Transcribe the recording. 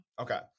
okay